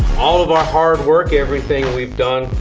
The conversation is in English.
all of our hard work, everything we've done,